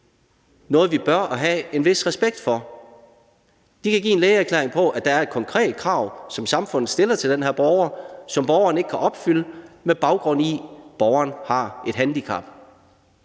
noget, vi bør have en vis respekt for. De kan give en lægeerklæring på, at der er et konkret krav, som samfundet stiller til den her borger, som borgeren ikke kan opfylde med baggrund i, at borgeren har et handicap.